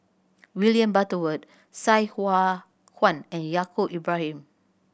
William Butterworth Sai Hua Kuan and Yaacob Ibrahim